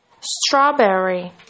strawberry